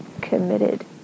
committed